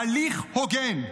הליך הוגן.